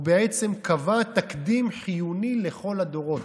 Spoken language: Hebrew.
הוא בעצם קבע תקדים חיוני לכל הדורות: